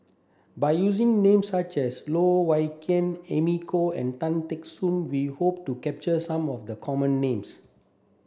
by using names such as Loh Wai Kiew Amy Khor and Tan Teck Soon we hope to capture some of the common names